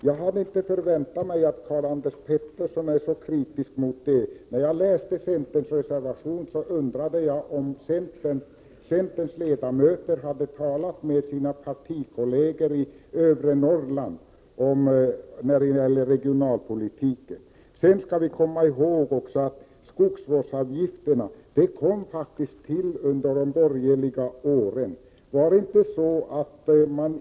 Jag hade inte väntat mig att Karl-Anders Petersson skulle vara så kritisk mot skogsvårdsavgiften. När jag läste centerns reservation undrade jag om centerns ledamöter i utskottet hade talat med sina partikolleger i övre Norrland om regionalpolitiken. Vi skall också komma ihåg att skogsvårdsavgiften höjdes under de borgerliga åren.